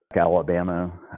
Alabama